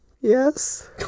yes